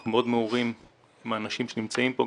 אנחנו מאוד מעורים באנשים שנמצאים כאן,